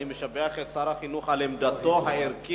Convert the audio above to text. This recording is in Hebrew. אני משבח את שר החינוך על עמדתו הערכית